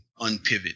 Unpivot